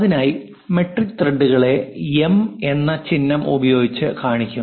അതിനായി മെട്രിക് ത്രെഡുകളെ എം എന്ന ചിഹ്നം ഉപയോഗിച്ച് കാണിക്കും